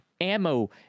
ammo